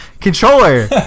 controller